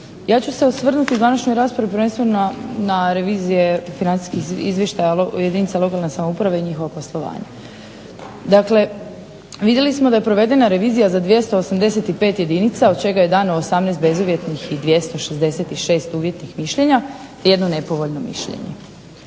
Ja ću se osvrnuti u današnjoj raspravi prvenstveno na revizije financijskih izvještaja jedinica lokalne samouprave i njihovo poslovanje. Dakle, vidjeli smo da je provedena revizija za 285 jedinica od čega je dano 18 bezuvjetnih i 266 uvjetnih mišljenja i jedno nepovoljno mišljenje.